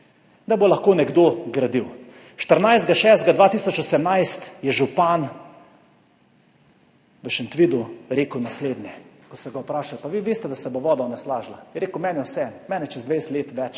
da bo lahko nekdo gradil. 14. 6. 2018 je župan v Šentvidu rekel naslednje. Ko so ga vprašali, pa vi veste, da se bo voda onesnažila, je rekel, meni je vseeno, mene čez 20 let več